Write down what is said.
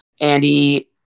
Andy